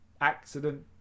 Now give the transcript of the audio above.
Accident